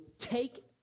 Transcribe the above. take